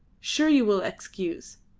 sure you will excuse.